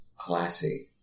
Classy